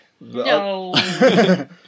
No